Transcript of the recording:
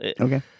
Okay